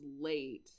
late